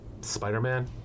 Spider-Man